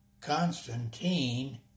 Constantine